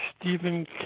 Stephen